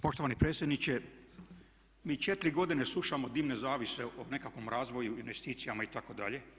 Poštovani predsjedniče mi 4 godine slušamo dimne zavjese o nekakvom razvoju, investicijama itd.